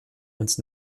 uns